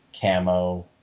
camo